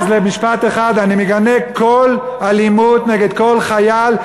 אז משפט אחד: אני מגנה כל אלימות נגד כל חייל,